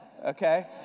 Okay